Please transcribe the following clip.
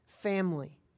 Family